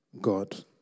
God